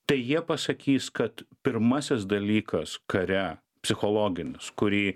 tai jie pasakys kad pirmasis dalykas kare psichologinis kurį